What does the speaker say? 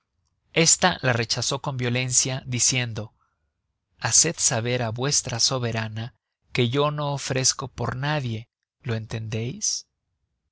esta la rechazó con violencia diciendo haced saber á vuestra soberana que yo no ofrezco por nadie lo entendeis